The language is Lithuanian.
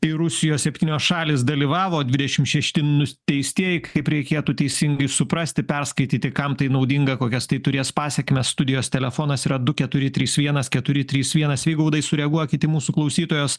ir rusijos septynios šalys dalyvavo dvidešim šešti nuteistieji kaip reikėtų teisingai suprasti perskaityti kam tai naudinga kokias tai turės pasekmes studijos telefonas yra du keturi trys vienas keturi trys vienas vygaudai sureaguokit mūsų klausytojos